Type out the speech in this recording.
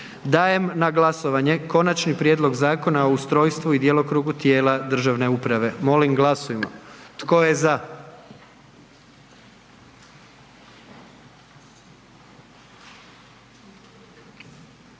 Dajem na glasovanje Konačni prijedlog Zakona o ustrojstvu i djelokrugu tijela državne uprave, molim glasujmo. Tko je za?